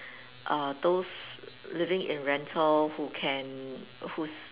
err those living in rental who can whose